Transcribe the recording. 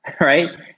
right